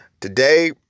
today